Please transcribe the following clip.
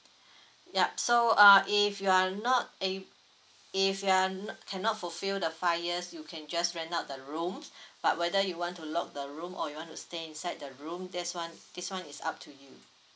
yup so uh if you're not a~ if you're cannot fulfill the five years you can just rent out the room but whether you want to lock the room or you want to stay inside the room there's one this one is up to you